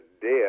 death